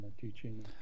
teaching